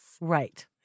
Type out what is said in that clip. Right